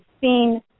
seen